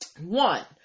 one